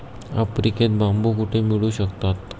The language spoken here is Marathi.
आफ्रिकेत बांबू कुठे मिळू शकतात?